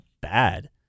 bad